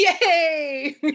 Yay